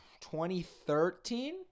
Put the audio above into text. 2013